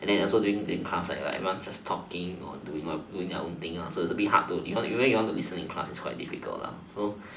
and then also during during class like everyone is just talking or doing their own thing so it's a bit hard to even if you want to listen in class it's quite difficult so